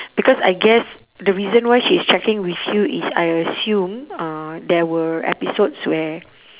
because I guess the reason why she's checking with you is I assume uh there were episodes where